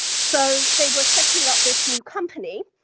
so, they were setting up this new company.